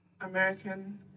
American